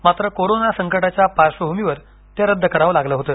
मात्र कोरोना संकटाच्या पार्श्वभूमीवर ते रद्द करावं लागलं होतं